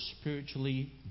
spiritually